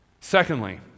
Secondly